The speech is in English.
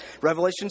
Revelation